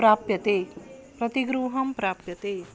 प्राप्यते प्रतिगृहं प्राप्यते